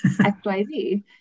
XYZ